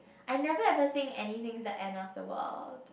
I never ever think anything's the end of the world